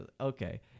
okay